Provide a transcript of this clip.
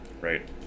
Right